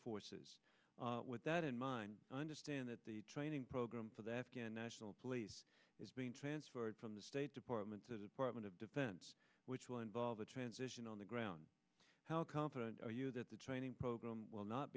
forces with that in mind understand that the training program for the afghan national police is being transferred from the state department to department of defense which will involve the transition on the ground how confident are you that the training program will not